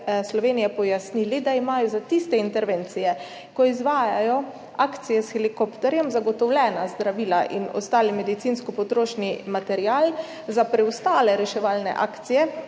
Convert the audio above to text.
Slovenije pojasnili, da imajo za tiste intervencije, ko izvajajo akcije s helikopterjem, zagotovljena zdravila in ostali medicinski potrošni material, za preostale reševalne akcije,